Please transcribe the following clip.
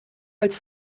als